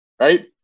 right